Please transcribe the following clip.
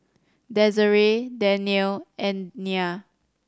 Desiree Danielle and Nyah